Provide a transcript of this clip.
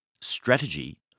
strategy